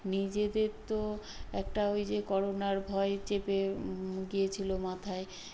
নিজেদের তো একটা ওই যে করোনার ভয় চেপে গিয়েছিলো মাথায়